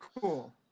cool